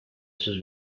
sus